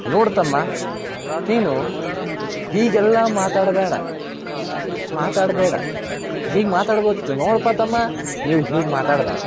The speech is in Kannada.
ನೋಡು ತಮ್ಮ ನೀನು ಹೀಗೆಲ್ಲ ಮಾತಾಡ್ಬೇಡ ಮಾತಾಡಬೇಡ ಹೀಗೆ ಮಾತಾಡ್ಬೋದಿತ್ತು ನೋಡಪ್ಪ ತಮ್ಮ ನೀವು ಹೀಗೆ ಮಾತಾಡ್ಬೇಡ